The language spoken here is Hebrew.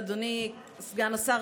אדוני סגן השר,